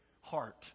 heart